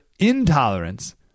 intolerance